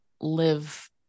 live